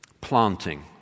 Planting